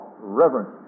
reverence